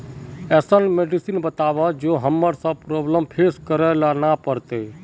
ऐसन मेडिसिन बताओ जो हम्मर सबके प्रॉब्लम फेस करे ला ना पड़ते?